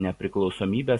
nepriklausomybės